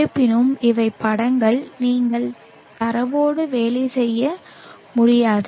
இருப்பினும் இவை படங்கள் நீங்கள் தரவோடு வேலை செய்ய முடியாது